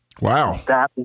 Wow